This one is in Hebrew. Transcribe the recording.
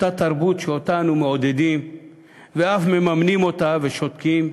אותה תרבות שאנו מעודדים ואף מממנים, ושותקים,